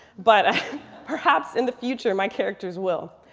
but perhaps in the future my characters will.